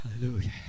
Hallelujah